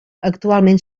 actualment